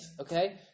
okay